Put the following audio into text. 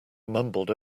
mumbled